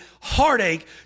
heartache